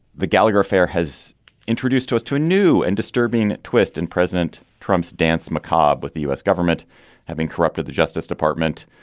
the gallagher affair has introduced us to a new and disturbing twist in president trump's dance mcjob with the u s. government having corrupted the justice department,